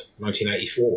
1984